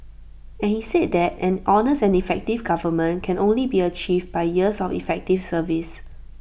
and he said that an honest and effective government can only be achieved by years of effective service